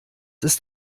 ist